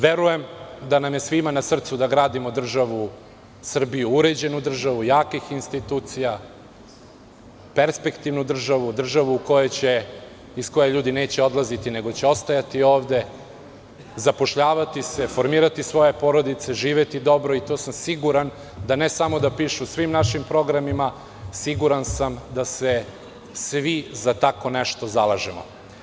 Verujem da nam je svima na srcu da gradimo državu Srbiju uređenu državu, jakih institucija, perspektivnu državu, državu iz koje ljudi neće odlaziti, nego će ostajati ovde, zapošljavati se, formirati svoje porodice, živeti dobro i to sam siguran da ne samo da piše u svim našim programima, siguran sam da se svi za tako nešto zalažemo.